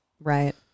Right